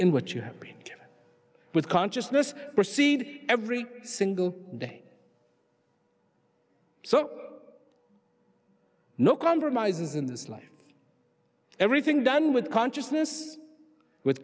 in what you have been with consciousness proceed every single day so no compromises in this life everything done with consciousness with